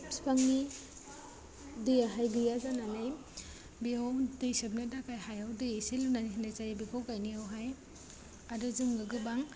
बिफांनि दैयाहाय गैया जानानै बेयाव दै सोबनो थाखाय हायाव एसे लुनानै होनाय जायो बेखौ गायनायावहाय आरो जोङो गोबां